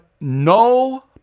no